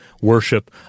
worship